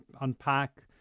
unpack